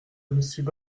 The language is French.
monsieur